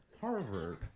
Harvard